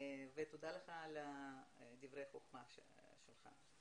תודה לך על דברי החכמה שלך.